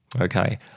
okay